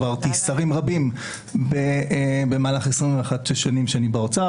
עברתי שרים רבים במהלך 21 השנים שאני באוצר,